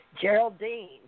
Geraldine